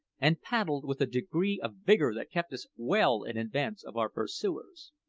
and paddled with a degree of vigour that kept us well in advance of our pursuers.